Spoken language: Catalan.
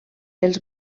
els